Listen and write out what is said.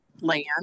land